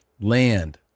land